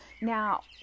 Now